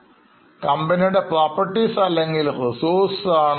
അത് കമ്പനിയുടെ properties അല്ലെങ്കിൽ resourcesആണ്